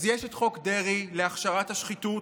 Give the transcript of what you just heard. אז יש את חוק דרעי להשחתת השחיתות,